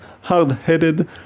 hard-headed